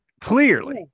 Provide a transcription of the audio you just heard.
Clearly